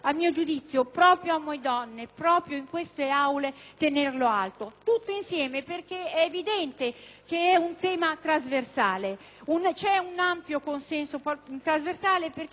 che è un tema trasversale sul quale c'è un ampio consenso visto che quando si parla di pari opportunità si parla ormai di diritti civili e di libertà individuali.